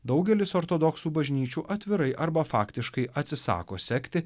daugelis ortodoksų bažnyčių atvirai arba faktiškai atsisako sekti